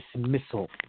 dismissal